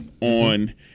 on